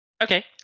Okay